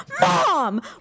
Mom